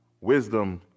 wisdom